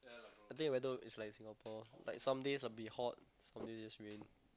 I think the weather is like Singapore like some days a bit hot some days rain